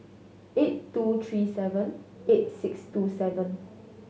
eight two three seven eight six two seven